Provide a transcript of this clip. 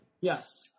Yes